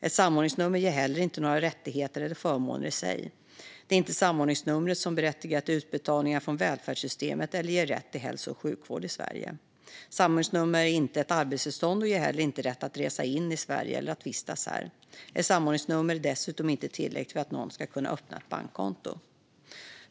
Ett samordningsnummer ger inte några rättigheter eller förmåner i sig. Det är inte samordningsnumret som berättigar till utbetalningar från välfärdssystemen eller ger rätt till hälso och sjukvård i Sverige. Samordningsnumret är inte ett arbetstillstånd och ger inte heller rätt att resa in i Sverige eller att vistas här. Ett samordningsnummer är dessutom inte tillräckligt för att någon ska kunna öppna ett bankkonto.